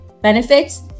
benefits